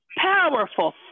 powerful